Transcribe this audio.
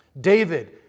David